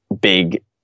big